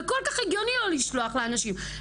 וכל כך הגיוני לא לשלוח לאנשים.